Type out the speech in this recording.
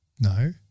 No